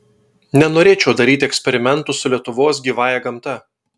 nenorėčiau daryti eksperimentų su lietuvos gyvąja gamta